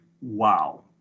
wow